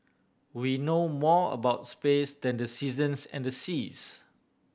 we know more about space than the seasons and the seas